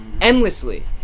endlessly